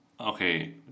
Okay